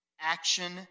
action